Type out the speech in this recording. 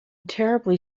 terribly